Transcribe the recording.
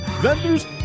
vendors